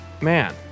man